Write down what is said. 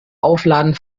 aufladen